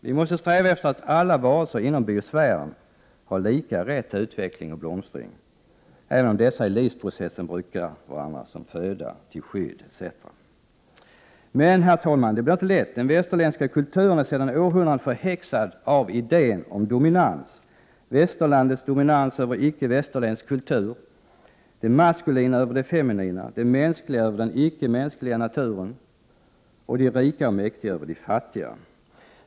Vi måste sträva efter att alla varelser inom biosfären har lika rätt till utveckling och blomstring, även om dessa i livsprocessen brukar varandra som föda, till skydd etc. Men, herr talman, det blir inte lätt! Den västerländska kulturen är sedan århundranden förhäxad av idén om dominans: västerlandets dominans över icke-västerländsk kultur, det maskulina över det feminina, det mänskliga över den icke-mänskliga naturen och de rika och mäktiga över de fattiga.